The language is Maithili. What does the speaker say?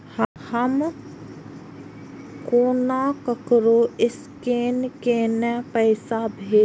हम केना ककरो स्केने कैके पैसा भेजब?